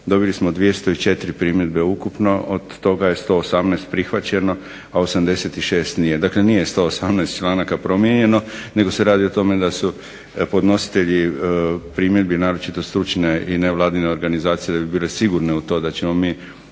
dobilo smo 204 primjedbe ukupno, od toga je 118 prihvaćeno, a 86 nije. Dakle nije 118 članaka promijenjeno, nego se radi o tome da su podnositelji primjedbi, naročito stručne i nevladine organizacije bile sigurne u to da ćemo mi